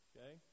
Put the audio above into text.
Okay